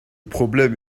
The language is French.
problème